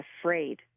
afraid